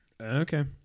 Okay